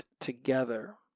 together